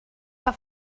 que